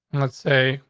let's say,